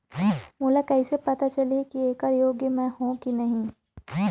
मोला कइसे पता चलही की येकर योग्य मैं हों की नहीं?